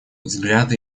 взгляды